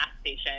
station